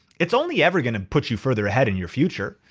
it's only ever gonna put you further ahead in your future.